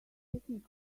picnic